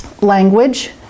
language